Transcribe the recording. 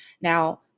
now